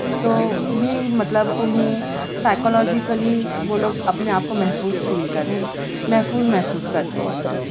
تو یہ مطلب انہیں سائیکلوجکلی وہ لوگ اپنے آپ کو محفوظ فیل کر محفوظ محسوس کرتے ہیں